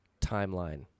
timeline